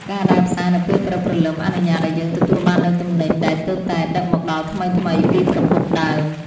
ការដើរផ្សារនៅពេលព្រឹកព្រលឹមអនុញ្ញាតឱ្យយើងទទួលបាននូវទំនិញដែលទើបតែដឹកមកដល់ថ្មីៗពីប្រភពដើម។